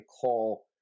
call